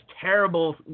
terrible